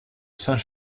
saint